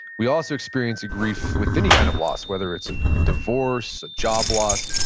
we also experience a grief with any kind of loss, whether it's a divorce, a job loss,